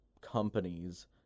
companies